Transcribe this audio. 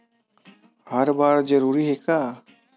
हर बार जरूरी हे का?